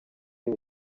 y’u